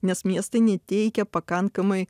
nes miestai neteikia pakankamai